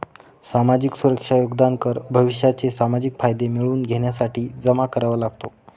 सामाजिक सुरक्षा योगदान कर भविष्याचे सामाजिक फायदे मिळवून घेण्यासाठी जमा करावा लागतो